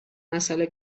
مسئله